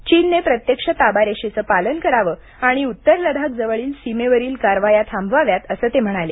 चीनने प्रत्यक्ष ताबारेषेचे पालन करावे आणि उत्तर लद्दाखजवळील सीमेवरील कारवाया थांबवाव्यात असे ते म्हणाले